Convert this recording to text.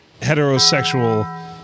heterosexual